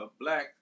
black